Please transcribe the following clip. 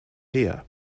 her